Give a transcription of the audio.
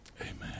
Amen